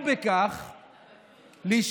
אני, איתן, אני לא הספקתי לדבר כי הייתי בוועדה.